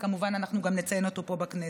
וכמובן אנחנו גם נציין אותו פה בכנסת.